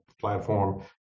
platform